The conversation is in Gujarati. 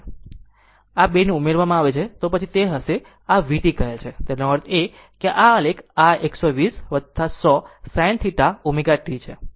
જો આ 2 ને ઉમેરવામાં આવે તો પછી આ તે હશે જેને આ vt કહે છે તેનો અર્થ એ કે આ એક આલેખ આ 120 100 sinθ ω t છે